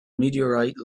meteorite